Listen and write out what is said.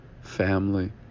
family